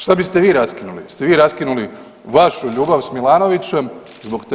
Šta biste vi raskinuli, jeste vi raskinuli vašu ljubav s Milanovićem, niste.